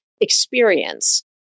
experience